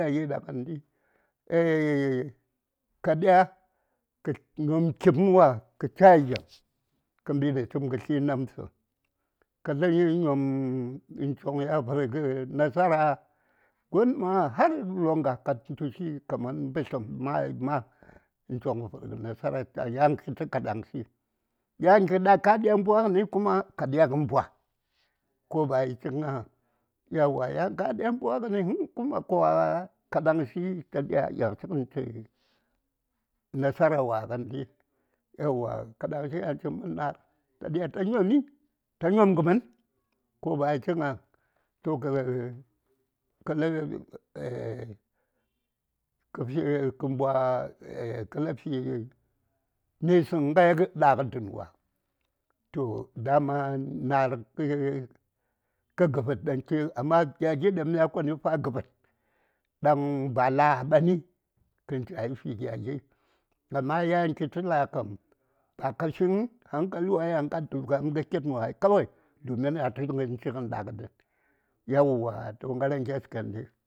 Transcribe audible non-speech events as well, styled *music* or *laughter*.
﻿Nda yi ɗa gəndi, *hesitation* ka ɗiya kə nyom kipm wa:kə chayi geŋ kə mbi datəm kə tli namtsə ka tləŋ nyom gon ma choŋ ya vərgə nasara ghonma har longah ka tushi kaman mbətləm ko mayi ma yan choŋ ya vərgə nasara yanki tə kadaŋshi yan kəda ka diya mbwagəni kuma kə mbwa yauwa yan ka diya mbwagəni həŋ kuwa kadaŋshi ta diya yanshi tayi nasrawa ŋəndi yauwa kadaŋshi yan chi:n mən na r ta diya nyomi ta nyomŋə mənko ba yi chik ŋa Toh kə *hesitation* lə fi ehh kə mbwa kə lən fi misiŋ ai ɗagə dənwa toh daman na r kə gəvəd ɗan chin amma gya gin daŋ mya konən fa nə gəvəd daŋ ba la a ɓani kən chayi fi gya gi amma yan kitə la, kam ba ka tlə həŋ hankaliwa yan ka tu gam kin wai kawai domin a tl:ər gəngə chigən dagə dən yauwa toh ŋaraŋkes yagəndi.